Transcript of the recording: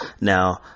Now